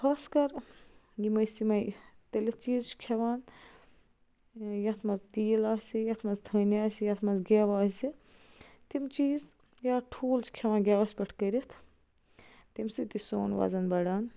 خاص کَر یِم أسۍ یِمے تٔلِتھ چیٖز چھِ کھیٚوان یَتھ منٛز تیٖل آسہِ یَتھ منٛز تھٔنۍ آسہِ یَتھ منٛز گیو آسہِ تِم چیٖز یا ٹھوٗل چھِ کھیٚوان گیٚوس پٮ۪ٹھ کٔرِتھ تمہ سۭتۍ تہِ چھُ سون وَزن بَڑان